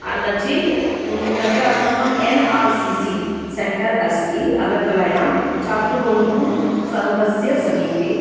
न चेत् तत्र अस्माकं N R C C centre अस्ति अगरतलायां छात्रबन्धुसङ्घस्य समीपे